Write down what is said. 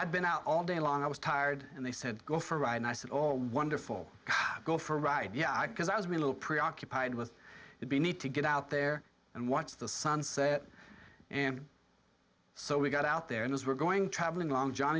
i've been out all day long i was tired and they said go for a ride and i said all wonderful go for a ride yeah because i would be a little preoccupied with it we need to get out there and watch the sunset and so we got out there and as we're going travelling along john